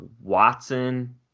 Watson